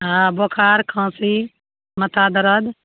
हँ बोखार खाॅंसी माथा दर्द